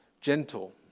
gentle